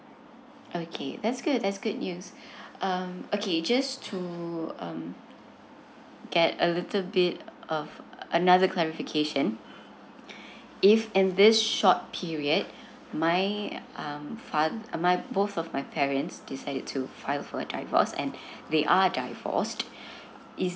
okay that's good that's good news um okay just to um get a little bit of another clarification if in this short period my um fa~ my both of my parents decided to file for divorce and they are divorced is